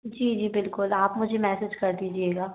जी जी बिल्कुल आप मुझे मैसेज कर दीजिएगा